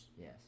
Yes